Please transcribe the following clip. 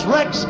Rex